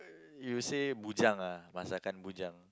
you say bujang masakan bujang